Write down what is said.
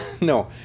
No